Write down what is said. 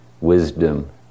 wisdom